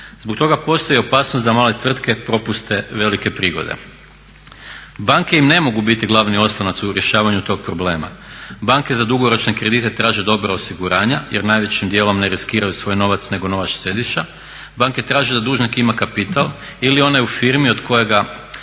Zbog toga postoji opasnost da male tvrtke propuste velike prigode. Banke im ne mogu biti glavni oslonac u rješavanju tog problema, banke za dugoročne kredite traže dobra osiguranja jer najvećim djelom ne riskiraju svoj novac nego novac štediša, banke traži da dužnik ima kapital ili onaj u firmi kod kojega